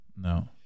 No